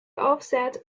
offset